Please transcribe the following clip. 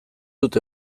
dut